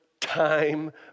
time